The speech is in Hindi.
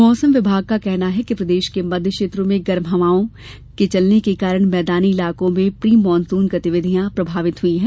मौसम विभाग का कहना है कि देश के मध्य क्षेत्रों में गर्म हवाएं चलने के कारण मैदानी इलाकों में प्री मानसून गतिविधियां प्रभावित हुई हैं